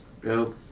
Go